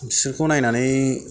बिसोरखौ नायनानै